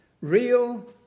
real